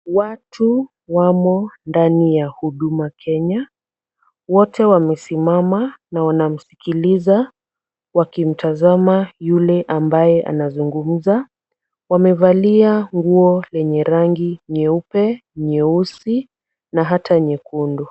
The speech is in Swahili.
Watu wamo ndani ya huduma Kenya. Wote wamesimama na wanamukisiliza wakimutazama yule ambaye anazungumza. Wamevalia nguo yenye rangi nyeupe, nyeusi na hata nyekundu.